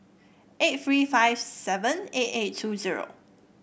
eight three five seven eight eight two zero